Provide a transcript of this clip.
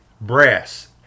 brass